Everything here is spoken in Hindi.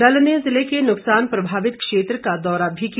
दल ने ज़िले के नुकसान प्रभावित क्षेत्र का दौरा भी किया